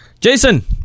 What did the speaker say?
Jason